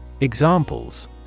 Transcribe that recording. Examples